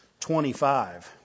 25